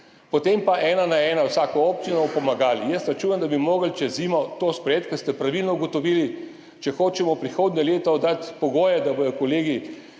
Potem pa ena na ena v vsako občino, bomo pomagali. Jaz računam, da bi morali čez zimo to sprejeti, ker ste pravilno ugotovili, če hočemo prihodnje leto dati pogoje, da bodo kolegi